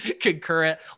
concurrent